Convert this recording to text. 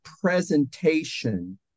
presentation